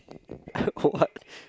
what